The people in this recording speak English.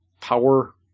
power